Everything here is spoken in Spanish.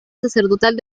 sacerdotal